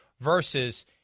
versus